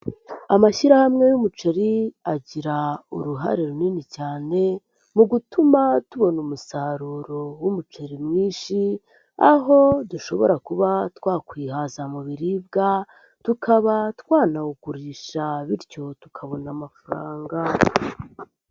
Amashyirahamwe y'umuceri agira uruhare runini cyane mu gutuma tubona umusaruro w'umuceri mwinshi, aho dushobora kuba twakwihaza mu biribwa, tukaba twanawugurisha, bityo tukabona amafaranga.